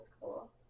cool